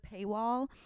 paywall